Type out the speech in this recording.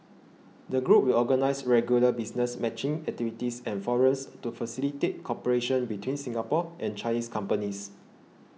the group will organise regular business matching activities and forums to facilitate cooperation between Singapore and Chinese companies